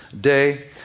day